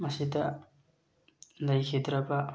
ꯃꯁꯤꯗ ꯂꯩꯈꯤꯗ꯭ꯔꯕ